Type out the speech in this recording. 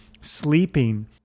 sleeping